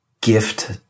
gift